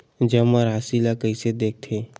जमा राशि ला कइसे देखथे?